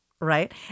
right